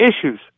issues